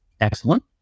Excellent